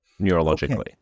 neurologically